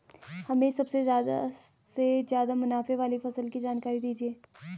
हमें सबसे ज़्यादा से ज़्यादा मुनाफे वाली फसल की जानकारी दीजिए